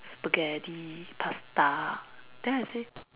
spaghetti pasta then I say